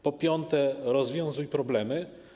Po piąte, rozwiązuj problemy.